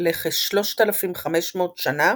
לכ־3,500 שנה